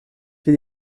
will